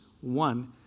one